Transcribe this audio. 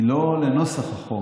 היא לא לנוסח החוק,